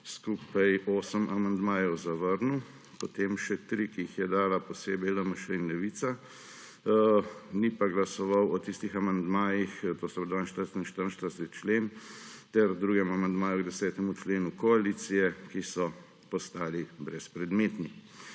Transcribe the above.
skupaj osem amandmajev zavrnil, potem še tri, ki sta jih dali posebej LMŠ in Levica, ni pa glasoval o tistih amandmajih, to so 42. in 44. člen ter drugi amandma k 10. členu koalicije, ki so postali brezpredmetni.